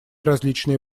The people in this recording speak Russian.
различные